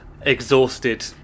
exhausted